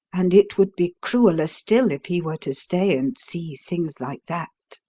and it would be crueller still if he were to stay and see things like that.